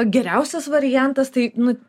geriausias variantas tai nu